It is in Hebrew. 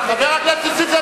חבר הכנסת נסים זאב,